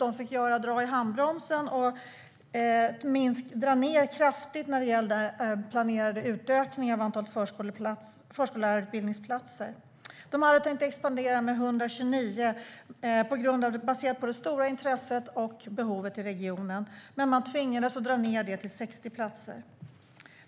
De fick därför dra i handbromsen och minska antalet planerade platser på förskollärarutbildningen kraftigt. De hade tänkt utöka antalet platser med ytterligare 129 baserat på det stora intresset för utbildningen och behovet i regionen, men man tvingades dra ned det till 60 platser.